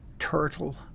Turtle